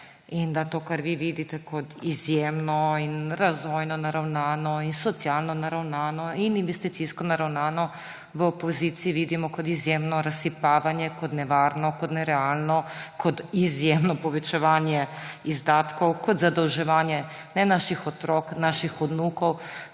in da to, kar vi vidite kot izjemno in razvojno naravnano in socialno naravnano in investicijsko naravnano, v opoziciji vidimo kot izjemno razsipavanje, kot nevarno, kot nerealno, kot izjemno povečevanje izdatkov, kot zadolževanje ne naših otrok, temveč naših vnukov,